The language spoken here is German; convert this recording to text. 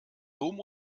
dom